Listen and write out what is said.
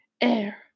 Air